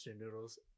Noodles